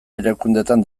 erakundeetan